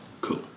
Cool